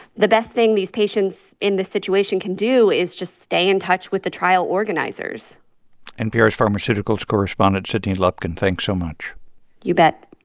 the best thing these patients in this situation can do is just stay in touch with the trial organizers npr's pharmaceuticals correspondent sydney lupkin, thanks so much you bet